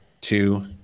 two